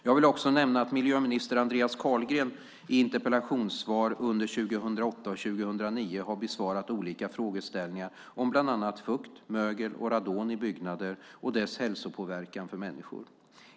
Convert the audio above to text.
Jag vill också nämna att miljöminister Andreas Carlgren i interpellationssvar under 2008 och 2009 har besvarat olika frågeställningar om bland annat fukt, mögel och radon i byggnader och deras hälsopåverkan för människor.